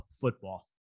football